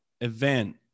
event